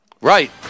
Right